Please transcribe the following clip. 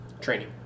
Training